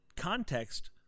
context